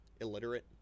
illiterate